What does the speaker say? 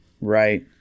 Right